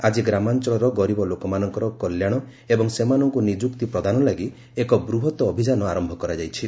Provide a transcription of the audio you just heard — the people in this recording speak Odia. ଆଜି ଗ୍ରାମାଞ୍ଚଳର ଗରିବ ଲୋକମାନଙ୍କର କଲ୍ୟାଣ ଏବଂ ସେମାନଙ୍କୁ ନିଯୁକ୍ତି ପ୍ରଦାନ ଲାଗି ଏକ ବୃହତ୍ତ ଅଭିଯାନ ଆରମ୍ଭ କରାଯାଇଛି